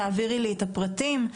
תעבירי לי את הפרטים,